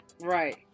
Right